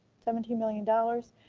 seventeen million dollars.